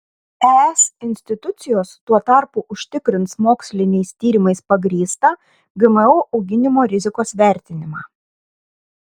es institucijos tuo tarpu užtikrins moksliniais tyrimais pagrįstą gmo auginimo rizikos vertinimą